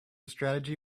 strategy